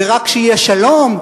ורק כשיהיה שלום,